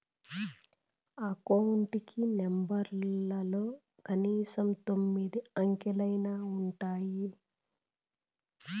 account కి నెంబర్లలో కనీసం తొమ్మిది అంకెలైనా ఉంటాయి